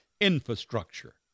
infrastructure